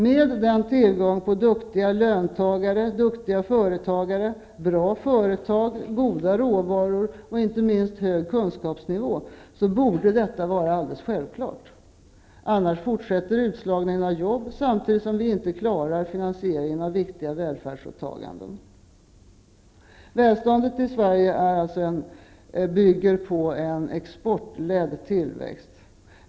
Med vår tillgång på duktiga löntagare och företagare, bra företag, goda råvaror och inte minst vår höga kunskapsnivå borde detta vara självklart. Annars fortsätter utslagningen av jobb samtidigt som vi inte klarar finansieringen av viktiga välfärdsåtaganden. Välståndet i Sverige bygger på en exportledd tillväxt.